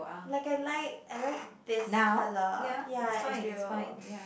like I like I like this color ya I do